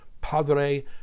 Padre